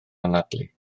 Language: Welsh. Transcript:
anadlu